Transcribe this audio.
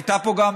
הייתה פה גם